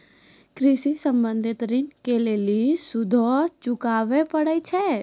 कृषि संबंधी ॠण के लेल सूदो चुकावे पड़त छै?